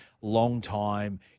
long-time